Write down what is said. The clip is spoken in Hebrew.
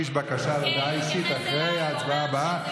יש לך אפשרות להגיש בקשה להודעה אישית אחרי ההצבעה הבאה.